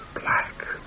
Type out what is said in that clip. black